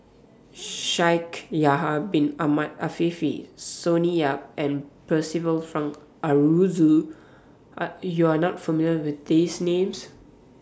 Shaikh Yahya Bin Ahmed Afifi Sonny Yap and Percival Frank Aroozoo Are YOU Are not familiar with These Names